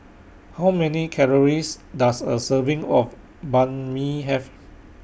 How Many Calories Does A Serving of Banh MI Have